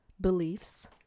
beliefs